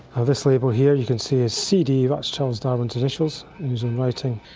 ah this label here, you can see a cd, that's charles darwin's initials in his own writing.